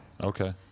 Okay